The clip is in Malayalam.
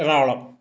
എറണാകുളം